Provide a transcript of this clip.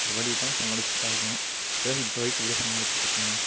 வேறு வழியில்லாமல் சமாளிச்சுட்டு தான் ஆகணும் அதாவது இப்போ வரைக்கும் எப்படியே சமாளிச்சுட்ருக்கங்க